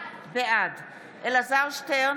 בעד אלעזר שטרן,